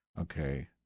Okay